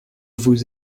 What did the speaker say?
vous